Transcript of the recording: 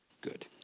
Good